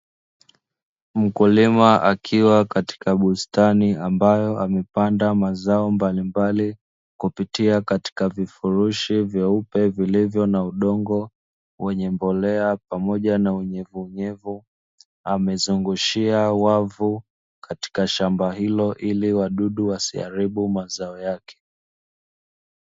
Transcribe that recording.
Mkulima akiwa katika bustani ambayo amepanda mazao mbalimbali kupitia katika vifurushi vyeupe vilivyo na udongo wenye mbolea pamoja na unyevunyevu, amezungushia wavu katika shamba hilo ili wadudu wasiharibu mazao yake.